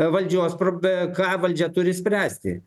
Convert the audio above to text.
valdžios prob ką valdžia turi spręsti